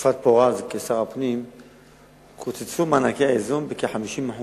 בתקופת פורז כשר הפנים קוצצו מענקי האיזון בכ-50%.